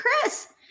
Chris